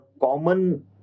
common